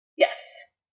Yes